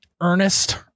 Ernest